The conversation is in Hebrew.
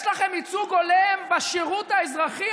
יש לכם ייצוג הולם בשירות האזרחי?